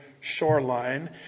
shoreline